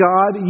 God